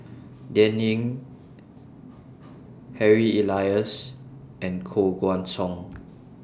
Dan Ying Harry Elias and Koh Guan Song